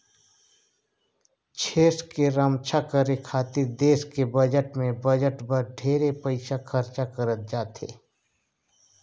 छेस के रम्छा करे खातिर देस के बजट में बजट बर ढेरे पइसा खरचा करत जाथे